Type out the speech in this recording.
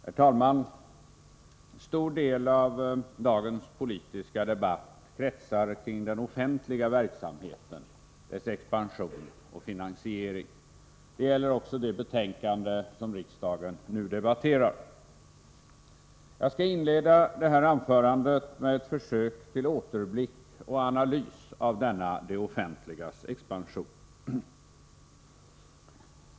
Herr talman! En stor del av dagens politiska debatt kretsar kring den offentliga verksamheten, dess expansion och finansiering. Det gäller också det betänkande som riksdagen nu debatterar. Jag skall inleda detta anförande med ett försök till återblick och analys av denna det offentligas expansion.